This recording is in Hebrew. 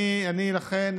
לכן,